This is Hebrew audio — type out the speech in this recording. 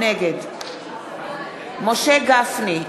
נגד משה גפני,